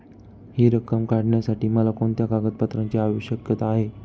हि रक्कम काढण्यासाठी मला कोणत्या कागदपत्रांची आवश्यकता आहे?